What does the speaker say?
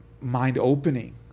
mind-opening